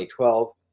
2012